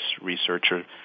researcher